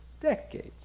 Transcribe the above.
decades